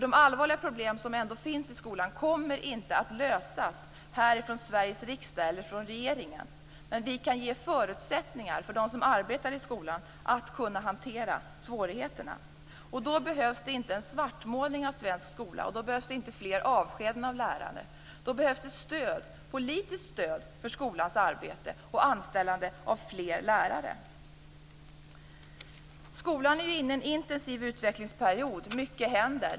De allvarliga problem som finns i skolan kommer inte att lösas från Sveriges riksdag eller från regeringen. Men vi kan ge förutsättningar för dem som arbetar i skolan att kunna hantera svårigheterna. Då behövs det inte en svartmålning av svensk skola. Då behövs det inte fler avskedanden av lärare. Då behövs det politiskt stöd för skolans arbete och anställande av fler lärare. Skolan är inne i en intensiv utvecklingsperiod. Mycket händer.